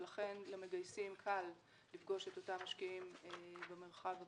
ולכן למגייסים קל לפגוש את אותם משקיעים במרחב הפרטי.